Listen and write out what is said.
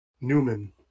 Newman